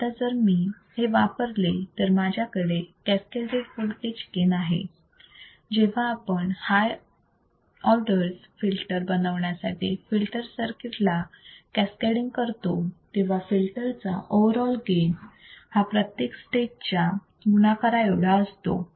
आता जर मी हे वापरले तर माझ्याकडे कॅसकॅडेड वोल्टेज गेन आहे जेव्हा आपण हाय ऑर्डर फिल्टर्स बनवण्यासाठी फिल्टर सर्किट ला कॅसकॅडिंग करतो तेव्हा फिल्टरचा ओव्हरऑल गेन हा प्रत्येक स्टेज च्या गुणाकारा एवढा असतो